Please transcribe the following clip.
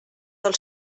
del